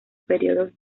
periodos